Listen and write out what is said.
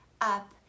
up